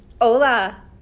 hola